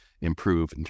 improve